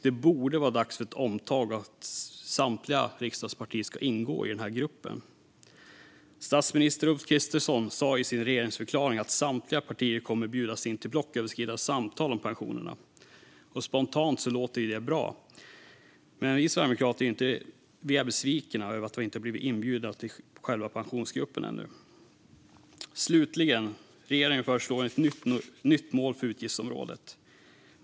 Det borde vara dags för ett omtag och för att samtliga riksdagspartier ska ingå i gruppen. Statsminister Ulf Kristersson sa i sin regeringsförklaring att samtliga partier kommer att bjudas in till blocköverskridande samtal om pensionerna. Spontant låter det ju bra, men vi sverigedemokrater är besvikna över att vi inte har blivit inbjudna till själva Pensionsgruppen ännu. Regeringen föreslår nu ett nytt mål för utgiftsområdet.